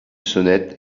sonnette